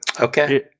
Okay